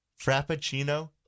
Frappuccino